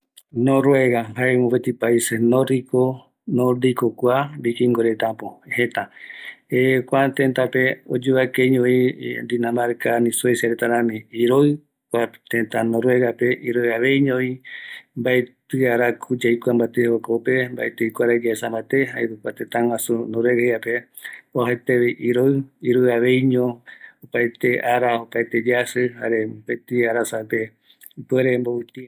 Noruega jaevi, kua ïru reta rämiño, iroɨ renda vi, opaeta yasɨ reji, jaereta misi yae oesa reta arakuvo, ëreï oipokua reta oikovaera